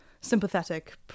sympathetic